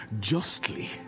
justly